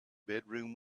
bedroom